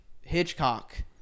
Hitchcock